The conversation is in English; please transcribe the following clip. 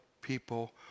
people